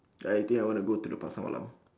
I think I want to go to the pasar malam